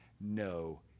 no